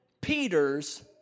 Peter's